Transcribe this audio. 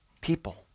people